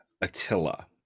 Attila